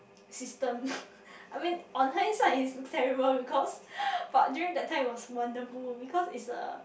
system I mean on hindsight it's terrible because but during that time was wonderful